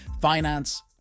finance